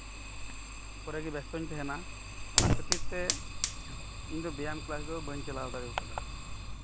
ᱠᱚᱨᱮ ᱜᱮ ᱵᱮᱥᱛᱳᱧ ᱛᱟᱦᱮᱱᱟ ᱚᱱᱟ ᱠᱷᱟᱹᱛᱤᱨ ᱛᱮ ᱤᱧ ᱫᱚ ᱵᱮᱭᱟᱢ ᱠᱞᱟᱥ ᱫᱚ ᱵᱟᱹᱧ ᱪᱟᱞᱟᱣ ᱫᱟᱲᱮ ᱠᱟᱣᱫᱟ